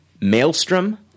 Maelstrom